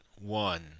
ONE